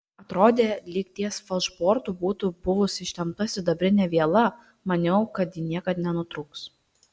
atrodė lyg ties falšbortu būtų buvus ištempta sidabrinė viela maniau kad ji niekad nenutrūks